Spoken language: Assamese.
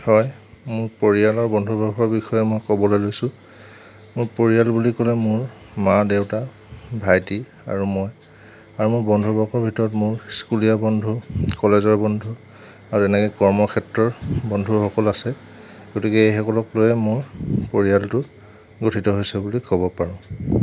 হয় মোৰ পৰিয়ালৰ বন্ধু বৰ্গৰ বিষয়ে মই ক'বলৈ লৈছোঁ মোৰ পৰিয়াল বুলি ক'লে মোৰ মা দেউতা ভাইটি আৰু মই আৰু মোৰ বন্ধু বৰ্গৰ ভিতৰত মোৰ স্কুলীয়া বন্ধু কলেজৰ বন্ধু আৰু এনেকে কৰ্মক্ষেত্ৰৰ বন্ধুসকল আছে গতিকে এইসকলক লৈয়ে মোৰ পৰিয়ালটো গঠিত হৈছে বুলি ক'ব পাৰোঁ